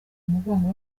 mugongo